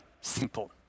simple